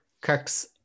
Kirks